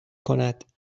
کند